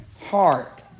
heart